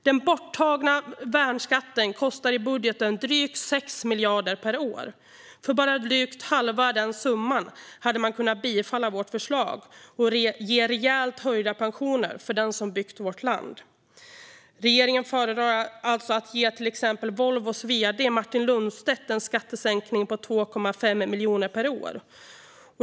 Den borttagna värnskatten kostar i budgeten drygt 6 miljarder per år. För bara drygt halva den summan hade man kunnat bifalla vårt förslag och ge rejält höjda pensioner till dem som byggt vårt land. Regeringen föredrar alltså att ge till exempel Volvos vd Martin Lundstedt en skattesänkning på 2,5 miljoner per år.